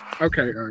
Okay